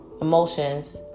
emotions